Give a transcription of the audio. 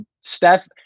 steph